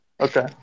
Okay